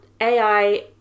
AI